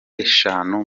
eshanu